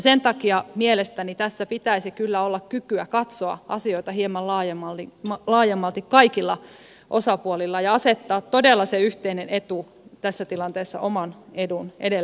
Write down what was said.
sen takia mielestäni tässä pitäisi kyllä kaikilla osapuolilla olla kykyä katsoa asioita hieman laajemmalti ja asettaa todella se yhteinen etu tässä tilanteessa oman edun edelle